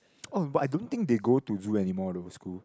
oh but I don't think they go to zoo anymore though school